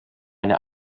eine